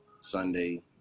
Sunday